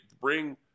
bring